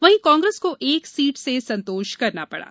वहीं कांग्रेस को एक सीट से संतोष करना पड़ा